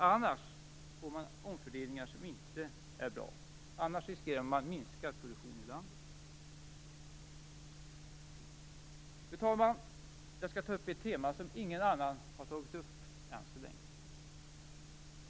Annars får man omfördelningar som inte är bra, annars riskerar man minskad produktion i landet. Fru talman! Jag skall ta upp ett tema som ingen annan har tagit upp än så länge.